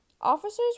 Officers